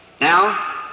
Now